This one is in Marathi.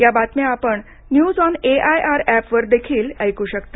या बातम्या आपण news on A I R ऍपवर देखील ऐकू शकता